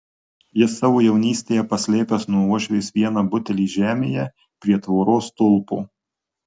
jis savo jaunystėje paslėpęs nuo uošvės vieną butelį žemėje prie tvoros stulpo